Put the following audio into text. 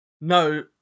no